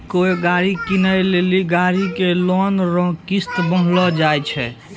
कोय गाड़ी कीनै लेली गाड़ी के लोन रो किस्त बान्हलो जाय छै